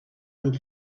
amb